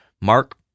Mark